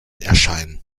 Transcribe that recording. erscheinen